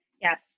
Yes